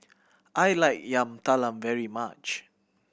I like Yam Talam very much